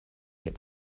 get